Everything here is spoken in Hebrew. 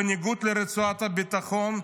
בניגוד לרצועת הביטחון,